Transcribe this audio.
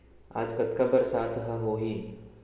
आज कतका बरसात ह होही?